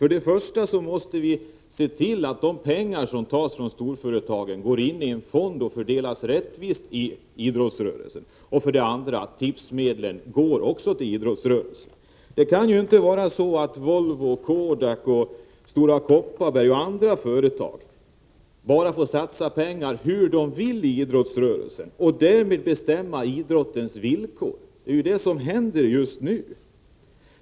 För det första måste de pengar som satsas av storföretagen gå in i en fond och fördelas rättvist inom idrottsrörelsen. För det andra skall tipsmedlen gå till idrotten. Volvo, Kodak, Stora Kopparberg och andra företag skall inte få satsa pengar hur de vill och därmed bestämma idrottens villkor, men det är ju detta som händer just nu.